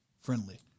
friendly